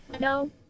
No